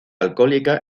alcohólica